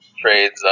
trades